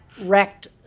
wrecked